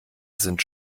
sind